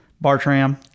bartram